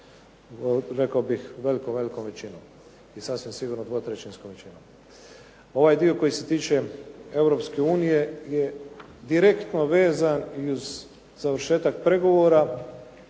velikom velikom većinom i sasvim sigurno dvotrećinskom većinom. Ovaj dio koji se tiče Europske unije je direktno vezan i uz završetak pregovora